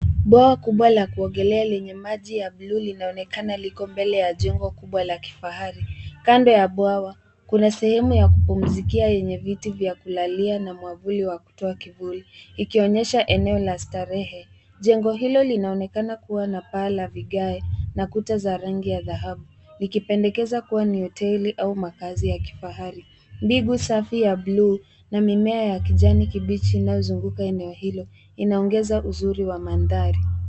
Bwawa kubwa la kuogelea lenye maji ya buluu linaonekana liko mbele ya jengo kubwa la kifahari. Kando ya bwawa kuna sehemu ya kupumzikia yenye viti vya kulalia na mwavuli wa kutoa kivuli ikionyesha eneo la starehe. Jengo hilo linaonekana kuwa na paa la vigae na kuta za rangi ya dhahabu likipendekeza kuwa ni hoteli au makazi ya kifahari. Mbingu safi ya buluu na mimea ya kijani kibichi inayozunguka eneo hilo inaongeza uzuri wa mandhari.